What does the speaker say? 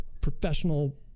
professional